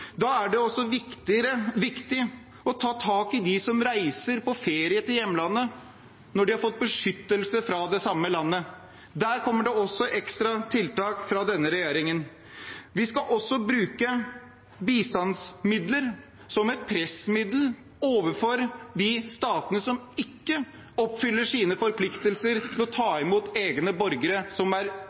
Da er det også viktig å ta tak i dem som reiser på ferie til hjemlandet når de har fått beskyttelse fra det samme landet. Der kommer det også ekstra tiltak fra denne regjeringen. Vi skal også bruke bistandsmidler som et pressmiddel overfor de statene som ikke oppfyller sine forpliktelser til å ta imot egne borgere som er